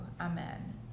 Amen